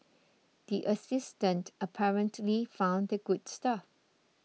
the assistant apparently found the good stuff